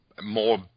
more